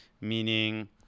meaning